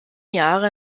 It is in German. jahre